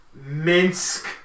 Minsk